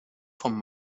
vom